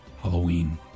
Halloween